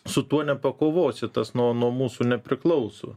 su tuo nepakovosi tas nuo nuo mūsų nepriklauso